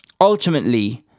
ultimately